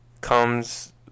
comes